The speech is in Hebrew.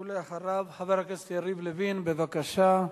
אחריו, חבר הכנסת יריב לוין, בבקשה.